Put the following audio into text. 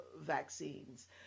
vaccines